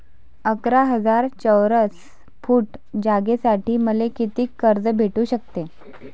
अकरा हजार चौरस फुट जागेसाठी मले कितीक कर्ज भेटू शकते?